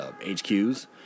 HQs